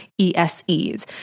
ESEs